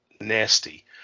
nasty